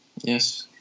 Yes